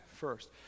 first